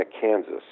Kansas